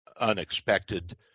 unexpected